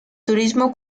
turismo